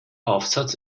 aufsatz